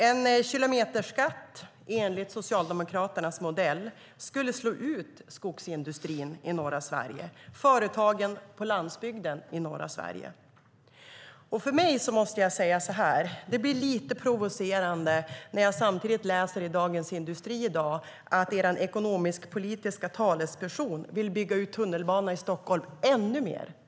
En kilometerskatt enligt Socialdemokraternas modell skulle slå ut skogsindustrin i norra Sverige och företagen på landsbygden där. Det blir lite provocerande för mig när jag samtidigt läser i Dagens Industri i dag att er ekonomisk-politiska talesperson vill bygga ut tunnelbanan i Stockholm ännu mer.